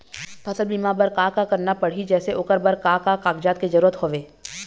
फसल बीमा बार का करना पड़ही जैसे ओकर बर का का कागजात के जरूरत हवे?